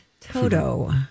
Toto